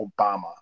Obama